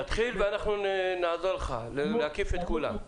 תתחיל ואנחנו נעזור לך להקיף את כולם.